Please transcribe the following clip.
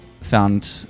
found